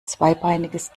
zweibeiniges